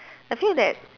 I feel that